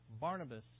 Barnabas